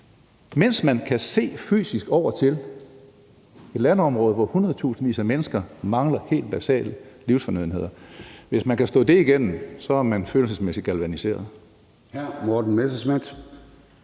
mens man rent fysisk kan se over på et landområde, hvor hundredtusindvis af mennesker mangler helt basale livsfornødenheder. Hvis man kan stå det igennem, er man følelsesmæssigt galvaniseret.